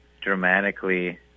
dramatically